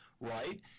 right